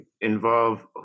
involve